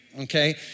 okay